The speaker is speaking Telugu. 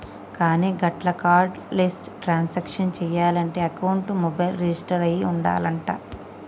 కానీ గట్ల కార్డు లెస్ ట్రాన్సాక్షన్ చేయాలంటే అకౌంట్ మొబైల్ రిజిస్టర్ అయి ఉండాలంట